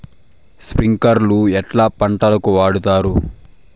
స్ప్రింక్లర్లు ఎట్లా పంటలకు వాడుతారు?